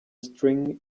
string